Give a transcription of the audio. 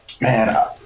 Man